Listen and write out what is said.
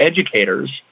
educators